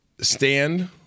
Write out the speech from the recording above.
stand